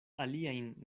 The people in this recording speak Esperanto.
aliajn